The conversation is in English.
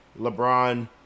LeBron